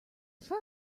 fur